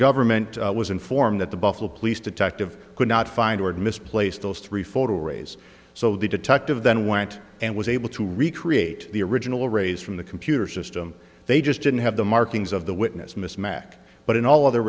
government was informed that the buffalo police detective could not find ord misplaced those three photo rays so the detective then went and was able to recreate the original raise from the computer system they just didn't have the markings of the witness mismatch but in all other